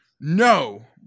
No